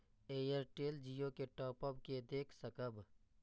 Airtel Jio के top up के देख सकब?